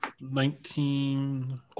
nineteen